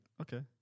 okay